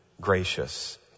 gracious